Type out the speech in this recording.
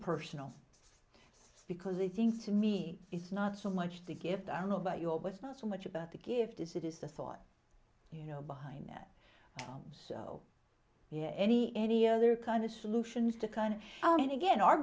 personal because it seems to me it's not so much the gift i don't know about your was not so much about the gift as it is the thought you know behind that so yeah any any other kind of solution is to kind and again our